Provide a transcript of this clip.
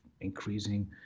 increasing